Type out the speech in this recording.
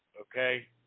okay